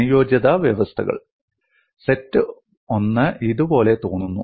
അനുയോജ്യത വ്യവസ്ഥകൾ സെറ്റ് 1 ഇതുപോലെ തോന്നുന്നു